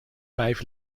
vijf